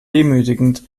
demütigend